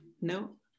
no